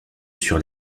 sur